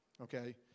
Okay